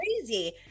crazy